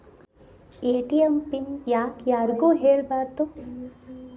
ATM PIN ಯಾಕ್ ಯಾರಿಗೂ ಹೇಳಬಾರದು?